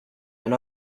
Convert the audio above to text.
and